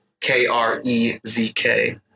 K-R-E-Z-K